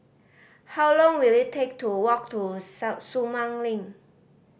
how long will it take to walk to Sumang Link